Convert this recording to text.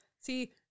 See